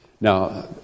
Now